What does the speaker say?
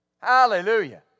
Hallelujah